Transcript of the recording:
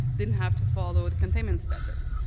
didn't have to follow the containment standards.